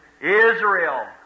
Israel